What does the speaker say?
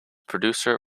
producer